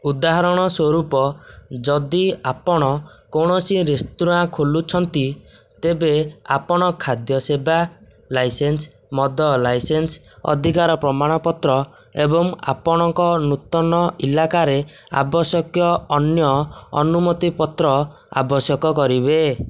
ଉଦାହରଣ ସ୍ଵରୂପ ଯଦି ଆପଣ କୌଣସି ରେସ୍ତୋରାଁ ଖୋଲୁଛନ୍ତି ତେବେ ଆପଣ ଖାଦ୍ୟ ସେବା ଲାଇସେନ୍ସ ମଦ ଲାଇସେନ୍ସ ଅଧିକାର ପ୍ରମାଣପତ୍ର ଏବଂ ଆପଣଙ୍କ ନୂତନ ଇଲାକାରେ ଆବଶ୍ୟକୀୟ ଅନ୍ୟ ଅନୁମତି ପତ୍ର ଆବଶ୍ୟକ କରିବେ